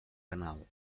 penal